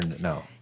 No